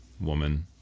woman